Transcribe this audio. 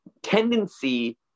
Tendency